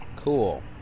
Cool